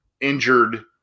injured